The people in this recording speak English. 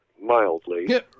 mildly